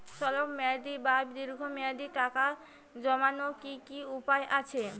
স্বল্প মেয়াদি বা দীর্ঘ মেয়াদি টাকা জমানোর কি কি উপায় আছে?